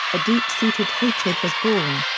a deep-seated hatred was born.